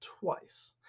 twice